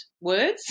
words